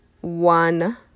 one